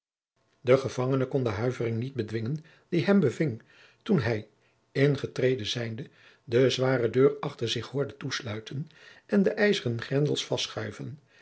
de huivering niet bedwingen die hem beving toen hij ingetreden zijnde de zware deur achter zich hoorde toesluiten en de ijzeren grendels